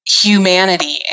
humanity